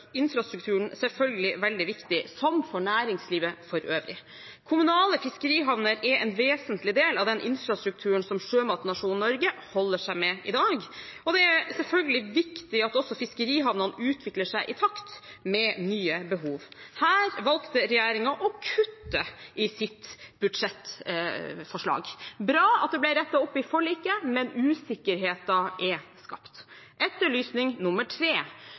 for næringslivet for øvrig. Kommunale fiskerihavner er en vesentlig del av den infrastrukturen som sjømatnasjonen Norge holder seg med i dag, og det er selvfølgelig viktig at også fiskerihavnene utvikler seg i takt med nye behov. Her valgte regjeringen å kutte i sitt budsjettforslag. Det er bra at det ble rettet opp i forliket, men usikkerheten er skapt. Etterlysning nummer tre: